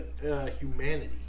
humanity